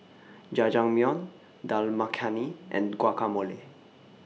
Jajangmyeon Dal Makhani and Guacamole